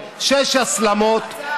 הצעה.